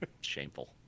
shameful